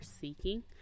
seeking